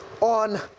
on